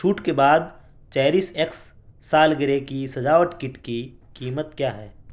چھوٹ کے بعد چیریش ایکس سالگرہ کی سجاوٹ کٹ کی قیمت کیا ہے